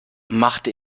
machte